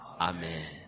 Amen